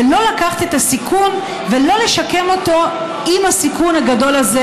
ולא לקחת את הסיכון ולא לשקם אותו עם הסיכון הגדול הזה,